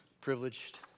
privileged